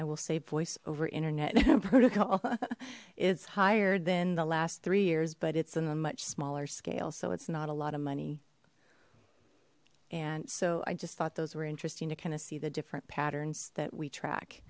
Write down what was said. i will say voice over internet protocol it's higher than the last three years but it's in a much smaller scale so it's not a lot of money and so i just thought those were interesting to kind of see the different patterns that we track